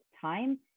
time